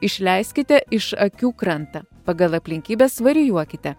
išleiskite iš akių krantą pagal aplinkybes varijuokite